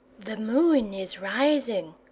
the moon is rising,